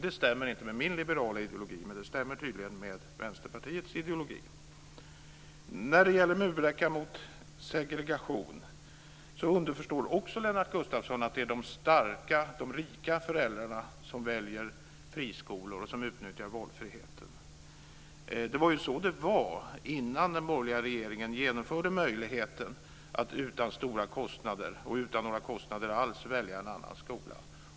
Det stämmer inte med min liberala ideologi, men det stämmer tydligen med När det gäller murbräckan mot segregation underförstår Lennart Gustavsson att det är de starka och rika föräldrarna som väljer friskolor och utnyttjar valfriheten. Det var ju så det var innan den borgerliga regeringen genomförde möjligheten att utan stora kostnader, och utan några kostnader alls, välja en annan skola.